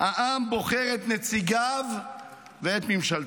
העם בוחר את נציגיו ואת ממשלתו.